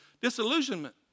Disillusionment